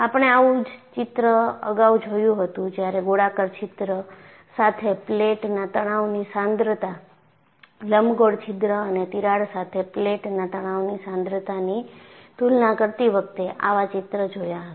આપણે આવું જ ચિત્ર અગાઉ જોયું હતું જ્યારે ગોળાકાર છિદ્ર સાથે પ્લેટના તણાવની સાંદ્રતા લંબગોળ છિદ્ર અને તિરાડ સાથે પ્લેટના તણાવની સાંદ્રતાની તુલના કરતી વખતે આવા ચિત્ર જોયા હતા